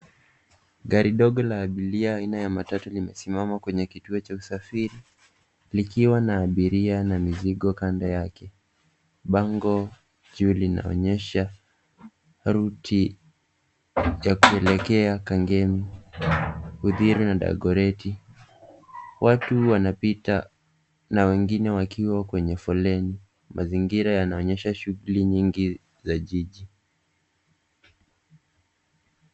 Gari dogo la abiria aina ya matatu limesimama kwenye kituo cha usafiri likiwa na abiria na mizigo kando yake. Bango juu linaonyesha ruti ya kuelekea Kangemi, Uthiru na Dagoretti. Watu wanapita na wengine wakiwa kwenye foleni. Mazingira yanaonyeha shughuli nyingi za jiji.